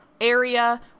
area